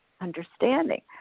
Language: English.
understanding